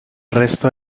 resto